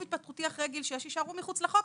התפתחותי אחרי גיל שש יישארו מחוץ לחוק,